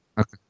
Okay